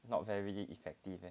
not very effective